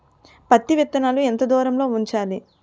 పత్తి విత్తనాలు ఎంత దూరంలో ఉంచాలి?